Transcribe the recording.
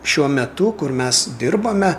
šiuo metu kur mes dirbame